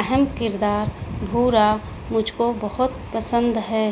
اہم کردار بھورا مجھ کو بہت پسند ہے